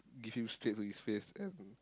give him straight to his face and